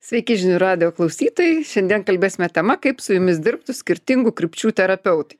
sveiki žinių radijo klausytojai šiandien kalbėsime tema kaip su jumis dirbtų skirtingų krypčių terapeutai